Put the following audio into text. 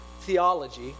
theology